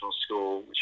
school